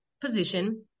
position